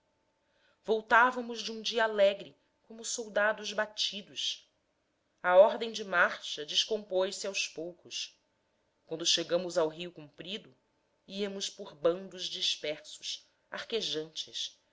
voltávamos de um dia alegre como soldados batidos a ordem de marcha decompôs se aos poucos quando chegamos ao rio comprido íamos por bandos dispersos